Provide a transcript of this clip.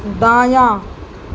دایاں